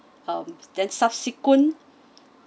um then subsequent